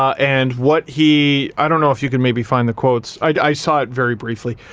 and what he, i don't know if you can maybe find the quotes. i saw it very briefly,